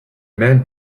men